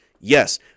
Yes